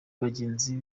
bagenzi